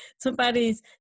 somebody's